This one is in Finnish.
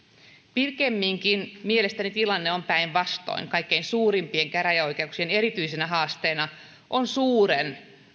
pikemminkin mielestäni tilanne on päinvastoin kaikkein suurimpien käräjäoikeuksien erityisenä haasteena on suuren